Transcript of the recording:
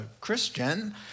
Christian